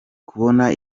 kubona